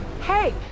hey